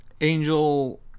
Angel